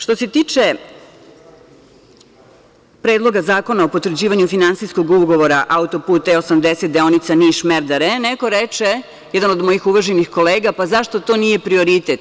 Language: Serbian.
Što se tiče Predloga zakona o potvrđivanju finansijskog ugovora auto-put E80 deonica Niš–Merdare, neko reče, jedan od mojih uvaženih kolega, pa zašto to nije prioritet?